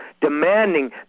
demanding